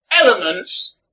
elements